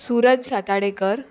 Suraj Satadekar